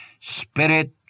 spirit